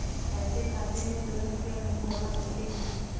पैसे खाते में तुरंत क्यो नहीं जमा होते हैं?